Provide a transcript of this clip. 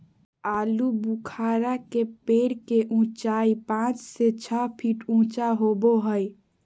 आलूबुखारा के पेड़ के उचाई पांच से छह फीट ऊँचा होबो हइ